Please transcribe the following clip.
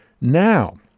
now